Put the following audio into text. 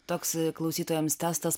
toks klausytojams testas